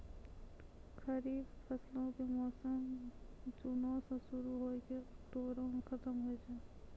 खरीफ फसलो के मौसम जूनो मे शुरु होय के अक्टुबरो मे खतम होय छै